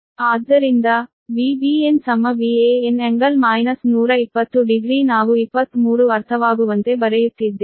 ಆದ್ದರಿಂದ Vbn Van∟ 1200degree ನಾವು 23 ಅರ್ಥವಾಗುವಂತೆ ಬರೆಯುತ್ತಿದ್ದೇವೆ